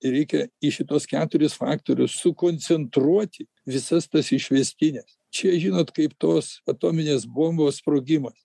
reikia į šituos keturis faktorius sukoncentruoti visas tas išvestines čia žinot kaip tos atominės bombos sprogimas